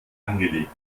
angelegt